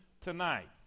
tonight